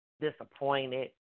disappointed